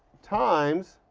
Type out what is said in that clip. times